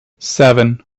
seven